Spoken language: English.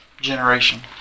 generation